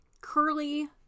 curly